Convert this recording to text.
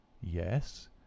Yes